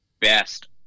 best